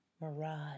mirage